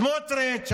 השר סמוטריץ',